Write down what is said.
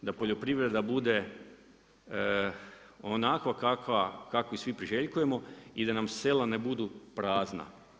Da poljoprivreda bude onakva kakva, kakvi svi priželjkujemo i da nam sela ne budu prazna.